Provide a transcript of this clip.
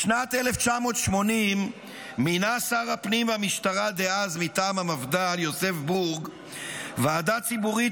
בשנת 1980 מינה שר הפנים והמשטרה דאז מטעם המפד"ל יוסף בורג ועדה ציבורית